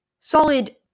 solid